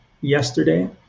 yesterday